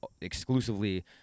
Exclusively